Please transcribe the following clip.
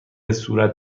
صورت